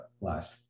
last